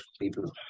people